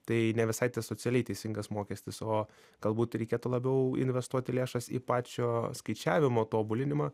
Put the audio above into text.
tai ne visai tas socialiai teisingas mokestis o galbūt reikėtų labiau investuoti lėšas į pačio skaičiavimo tobulinimą